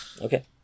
okay